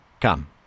Come